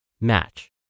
Match